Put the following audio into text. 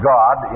God